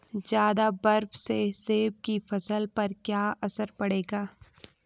ज़्यादा बर्फ से सेब की फसल पर क्या असर पड़ेगा?